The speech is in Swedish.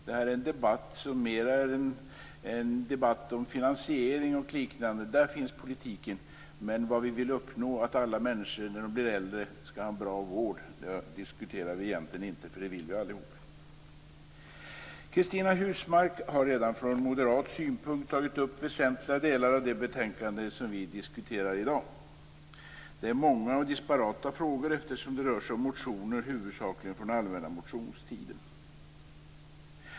Detta är en debatt som handlar om finansiering och liknande. Där finns politiken. Men vi diskuterar egentligen inte det vi vill uppnå, nämligen att alla människor skall ha en bra vård när de blir äldre. Det vill vi alla. Cristina Husmark Pehrsson har redan tagit upp Moderaternas synpunkter på väsentliga delar av det betänkande som vi diskuterar i dag. Det handlar om många och disparata frågor, eftersom det huvudsakligen rör sig om motioner från den allmänna motionstiden.